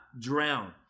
drown